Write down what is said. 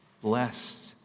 Blessed